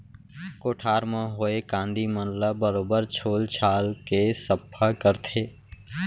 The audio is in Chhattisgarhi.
कोठार म होए कांदी मन ल बरोबर छोल छाल के सफ्फा करथे